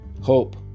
hope